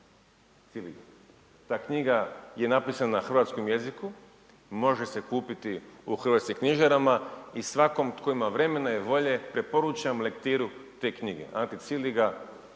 Ta knjiga je napisana na hrvatskom jeziku i može se kupiti u hrvatskim knjižarama i svakom tko ima vremena i volje preporučam lektiru te knjige, Ante Ciliga